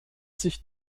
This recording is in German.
sich